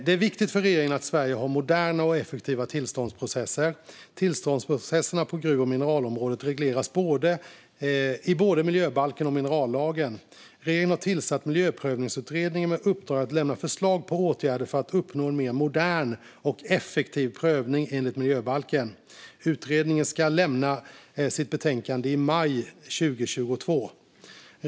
Det är viktigt för regeringen att Sverige har moderna och effektiva tillståndsprocesser. Tillståndsprocesserna på gruv och mineralområdet regleras i både miljöbalken och minerallagen . Regeringen har tillsatt Miljöprövningsutredningen med uppdrag att lämna förslag på åtgärder för att uppnå en mer modern och effektiv prövning enligt miljöbalken. Utredningen ska lämna sitt betänkande i maj 2022.